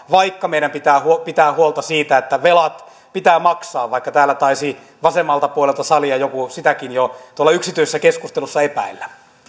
vaikka meidän pitää pitää huolta siitä että velat pitää maksaa vaikka täällä taisi vasemmalta puolelta salia joku sitäkin jo tuolla yksityisessä keskustelussa epäillä